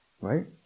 right